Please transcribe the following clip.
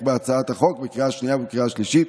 בהצעת החוק בקריאה שנייה ובקריאה שלישית,